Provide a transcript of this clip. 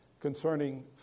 concerning